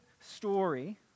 story